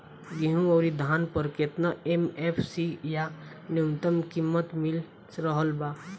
गेहूं अउर धान पर केतना एम.एफ.सी या न्यूनतम कीमत मिल रहल बा?